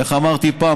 איך אמרתי פעם?